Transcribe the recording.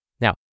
Now